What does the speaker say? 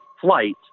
flight